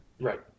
Right